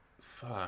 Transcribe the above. Fuck